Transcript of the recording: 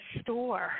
store